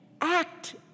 act